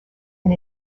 and